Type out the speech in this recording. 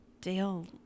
Dale